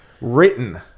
Written